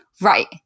Right